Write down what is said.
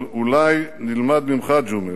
אבל אולי נלמד ממך, ג'ומס,